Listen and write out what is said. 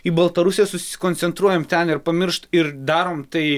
į baltarusiją susikoncentruojam ten ir pamiršt ir darom tai